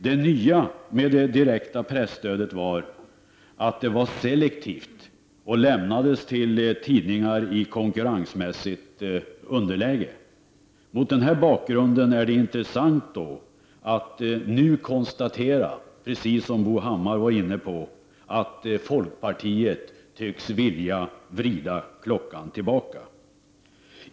Det nya med det direkta presstödet var att det var selektivt och lämnades till tidningar i konkurrensmässigt underläge. Mot denna bakgrund är det intressant att nu konstatera, precis som Bo Hammar var inne på, att folkpartiet tycks vilja vrida klockan tillbaka.